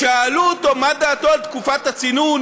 שאלו אותו מה דעתו על תקופת הצינון,